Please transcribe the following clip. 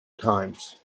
times